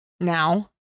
Now